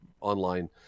online